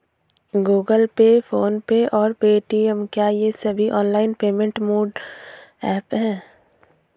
Google pay phone pay और Paytm क्या ये सभी ऑनलाइन पेमेंट मोड ऐप हैं?